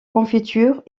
confiture